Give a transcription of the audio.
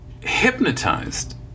hypnotized